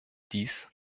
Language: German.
dies